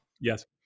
Yes